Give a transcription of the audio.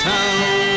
Town